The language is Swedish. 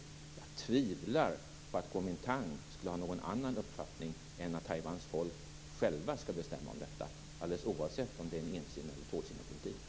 Jag tvivlar på att Guomindang skulle ha någon annan uppfattning än att Taiwans folk självt skall bestämma om detta, alldeles oavsett om det gäller en ett-Kina-politik eller en två-Kina-politik.